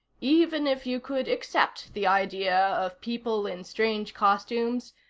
even if you could accept the idea of people in strange costumes,